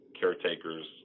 caretakers